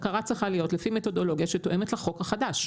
הבקרה צריכה להיות לפי מתודולוגיה שתואמת לחוק החדש.